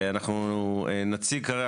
אנחנו נציג כרגע,